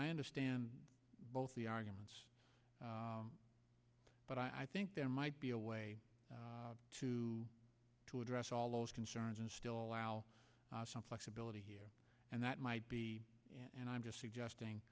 i understand both the arguments but i think there might be a way to to address all those concerns and still allow some flexibility here and that might be and i'm just suggesting